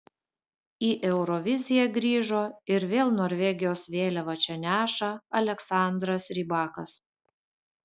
į euroviziją grįžo ir vėl norvegijos vėliavą čia neša aleksandras rybakas